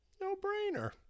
No-brainer